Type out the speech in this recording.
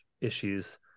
issues